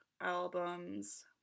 Albums